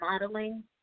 modeling